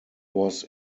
was